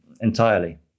entirely